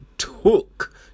Took